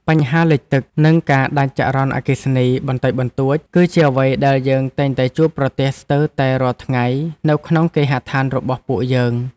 បញ្ហាលេចទឹក និងការដាច់ចរន្តអគ្គិសនីបន្តិចបន្តួច គឺជាអ្វីដែលយើងតែងតែជួបប្រទះស្ទើរតែរាល់ថ្ងៃនៅក្នុងគេហដ្ឋានរបស់ពួកយើង។